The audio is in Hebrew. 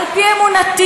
אני בעד.